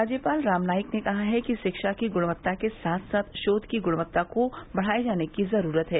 राज्यपाल राम नाईक ने कहा है कि रिक्षा की गुणवत्ता के साथ साथ शोध की गुणवत्ता को बढ़ाये जाने की ज़रूरत है